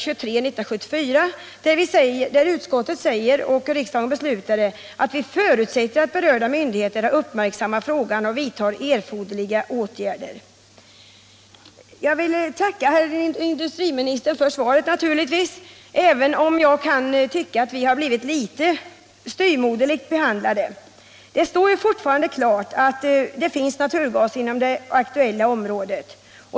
Jag vill som sagt tacka herr industriministern för svaret, även om jag tycker att vi blivit litet styvmoderligt behandlade. Det står fortfarande klart att naturgas finns inom det aktuella området.